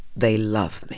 they love me.